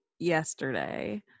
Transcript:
yesterday